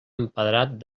empedrat